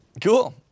Cool